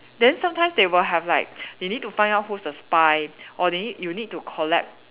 then sometimes they will have like they need to find out who's the spy or they need you need to collab